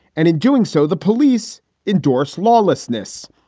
and in doing so, the police endorse lawlessness.